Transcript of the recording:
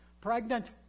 pregnant